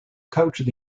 coach